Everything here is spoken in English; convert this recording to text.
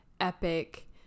epic